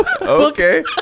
Okay